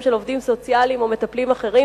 של עובדים סוציאליים או מטפלים אחרים?